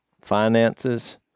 finances